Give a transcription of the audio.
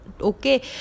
Okay